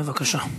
בבקשה.